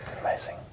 Amazing